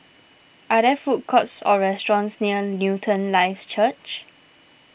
are there food courts or restaurants near Newton Life Church